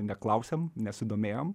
neklausiam nesidomėjom